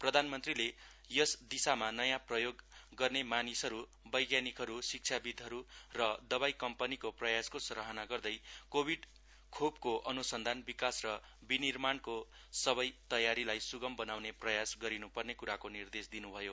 प्रधानमन्त्रीले यस दिशामा नयाँ प्रयोग गर्ने मानिसहरू वैज्ञानिकहरू शिक्षाविद्हरू र दवाई कम्पनीको प्रयासको सराहना गर्दै कोभिड खोपको अनुसन्धान विकास र विनिमार्णको सबै तयारीलाई सुनाम बनाउने प्रयास गर्नु पर्ने कुराको निर्देश दिनु भयो